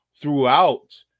throughout